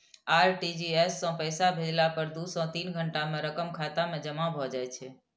RTGS सं पैसा भेजला पर दू सं तीन घंटा मे रकम खाता मे जमा भए जाइ छै